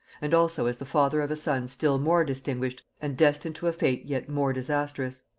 and also as the father of a son still more distinguished and destined to a fate yet more disastrous.